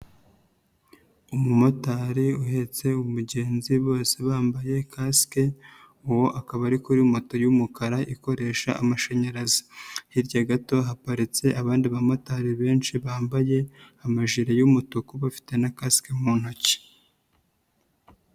Umumotari uhetse umugenzi bose bambaye kasike uwo akaba ari kuri moto y'umukara ikoresha amashanyarazi, hirya gato haparitse abandi bamotari benshi bambaye amajiri y'umutuku bafite na kasike mu ntoki.